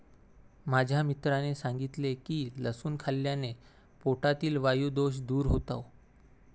माझ्या मित्राने सांगितले की लसूण खाल्ल्याने पोटातील वायु दोष दूर होतो